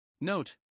Note